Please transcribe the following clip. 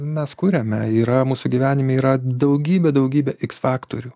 mes kuriame yra mūsų gyvenime yra daugybė daugybė iks faktorių